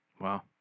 Wow